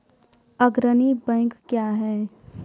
अग्रणी बैंक क्या हैं?